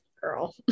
girl